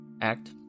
Act